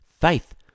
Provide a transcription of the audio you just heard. faith